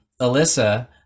Alyssa